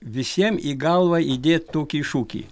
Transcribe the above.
visiem į galvą įdėt tokį šūkį